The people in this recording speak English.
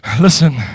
Listen